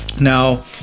Now